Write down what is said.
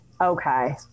Okay